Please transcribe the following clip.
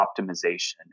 optimization